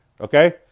okay